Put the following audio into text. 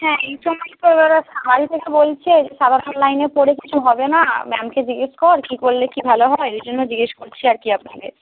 হ্যাঁ এই সময় তো যারা বাড়ি থেকে বলছে যে সাধারণ লাইনে পড়ে কিছু হবে না ম্যামকে জিজ্ঞেস কর কী করলে কী ভালো হয় ওই জন্য জিজ্ঞেস করছি আর কি আপনাকে